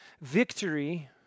Victory